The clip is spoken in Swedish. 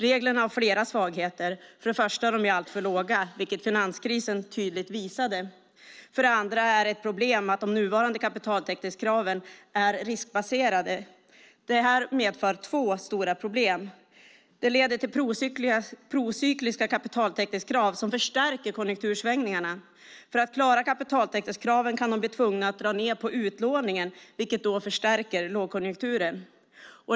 Reglerna har flera svagheter. För det första är de alltför låga, vilket finanskrisen tydligt visade. För det andra är det ett problem att de nuvarande kapitaltäckningskraven är riskbaserade. Detta medför två stora problem. Det leder till procykliska kapitaltäckningskrav som förstärker konjunktursvängningarna. För att klara kapitaltäckningskraven kan man bli tvungen att dra ned på utlåningen, vilket förstärker lågkonjunkturen.